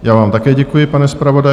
Já vám také děkuji, pane zpravodaji.